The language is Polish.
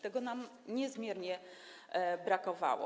Tego nam niezmiernie brakowało.